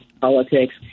politics